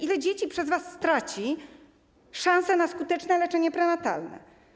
Ile dzieci przez was straci szansę na skuteczne leczenie prenatalne?